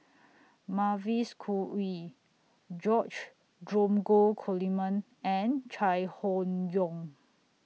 Mavis Khoo Oei George Dromgold Coleman and Chai Hon Yoong